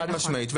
חד משמעית,